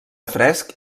fresc